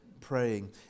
praying